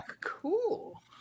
cool